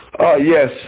Yes